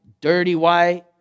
dirty-white